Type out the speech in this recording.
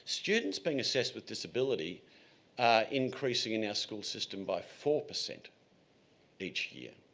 students being assessed with disability increasing in our school system by four percent each year.